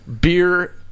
Beer